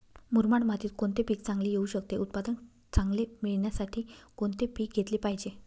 मुरमाड मातीत कोणते पीक चांगले येऊ शकते? उत्पादन चांगले मिळण्यासाठी कोणते पीक घेतले पाहिजे?